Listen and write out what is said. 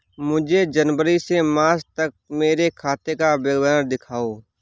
मुझे जनवरी से मार्च तक मेरे खाते का विवरण दिखाओ?